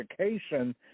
education